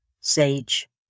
sage